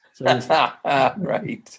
right